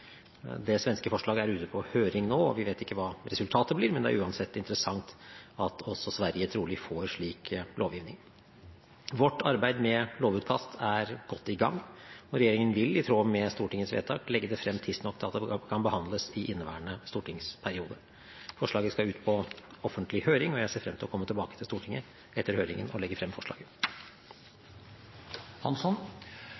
Det svenske forslaget er ute på høring nå, og vi vet ikke hva resultatet blir, men det er uansett interessant at også Sverige trolig får slik lovgivning. Vårt arbeid med lovutkast er godt i gang. Regjeringen vil, i tråd med Stortingets vedtak, legge det frem tidsnok til at det kan behandles i inneværende stortingsperiode. Forslaget skal ut på offentlig høring. Jeg ser frem til å komme tilbake til Stortinget etter høringen og legge frem forslaget.